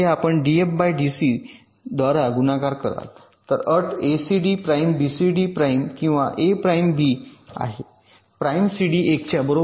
तर आपण हे डीएफ डीसी सी द्वारा गुणाकार कराल तर अट एसीडी प्राइम बीसीडी प्राइम किंवा ए प्राइम बी आहे प्राइम सीडी १ च्या बरोबर